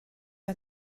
are